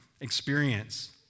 experience